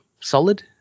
solid